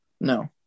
No